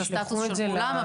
את הסטטוס של כולם,